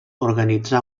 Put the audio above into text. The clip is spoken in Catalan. organitzà